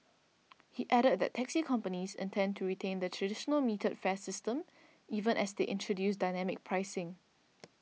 he added that taxi companies intend to retain the traditional metered fare system even as they introduce dynamic pricing